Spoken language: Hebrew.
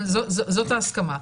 אבל זאת ההסכמה.